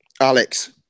Alex